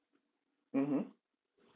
mmhmm